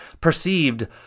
perceived